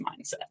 mindset